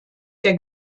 der